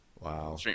Wow